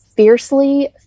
fiercely